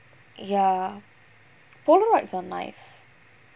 ya polaroids are nice